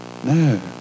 no